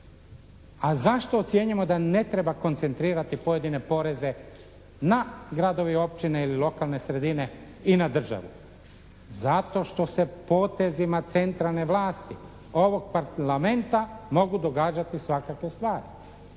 A zašto ocjenjujemo da ne treba koncentrirati pojedine poreze na gradova i općine ili lokalne sredine i na državu? Zato što se potezima centralne vlasti ovog parlamenta mogu događati svakakve stvari.